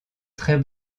très